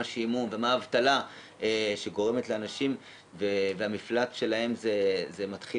השעמום ומה האבטלה גורמת לאנשים והמפלט שלהם מתחיל